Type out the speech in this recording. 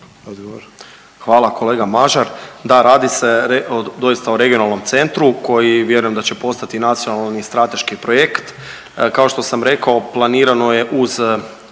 Hvala kolega Mažar, da radi se doista o regionalnom centru koji vjerujem da će postati nacionalni i strateški projekt. Kao što sam rekao planirano je uz